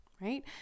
right